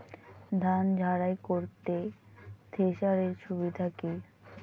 ধান ঝারাই করতে থেসারের সুবিধা কি কি?